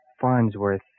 Farnsworth